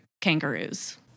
kangaroos